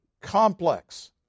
complex